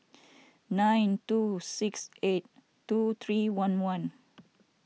nine two six eight two three one one